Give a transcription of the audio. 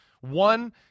One